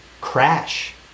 crash